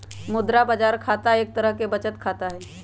मुद्रा बाजार खाता एक तरह के बचत खाता हई